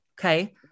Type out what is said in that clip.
Okay